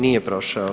Nije prošao.